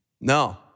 No